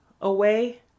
away